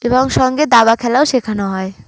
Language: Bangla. এবং সঙ্গে দাবা খেলাও শেখানো হয়